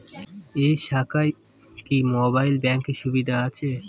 এই শাখায় কি মোবাইল ব্যাঙ্কের সুবিধা আছে?